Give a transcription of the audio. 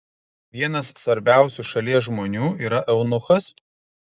vienas svarbiausių šalies žmonių yra eunuchas